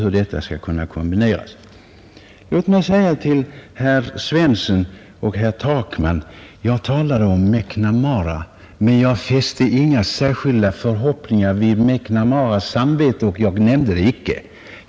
Till herr Svensson i Malmö och till herr Takman vill jag säga att när jag talade om MacNamara gjorde jag inga funderingar vid hans samvete och jag nämnde det heller icke.